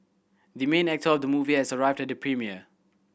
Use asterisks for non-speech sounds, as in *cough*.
the main actor of the movie has arrived *unintelligible* the premiere